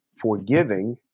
forgiving